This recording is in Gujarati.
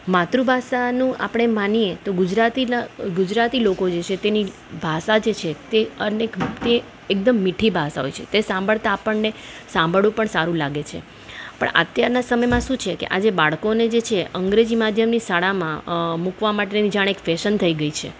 માતૃભાષાનું આપણે માનીએ તો ગુજરાતીના ગુજરાતી લોકો જે છે તેની ભાષા જ છે તે અનેક તે એકદમ મીઠી ભાષા હોય છે તે સાંભળતા આપણને સાંભળવું પણ સારું લાગે છે પણ અત્યારના સમયમાં શું છે કે આજે બાળકોને જે છે અંગ્રેજી માધ્યમની શાળામાં મુકવા માટેની જાણે કે ફેશન થઈ ગઈ છે